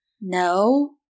No